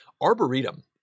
Arboretum